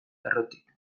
errotik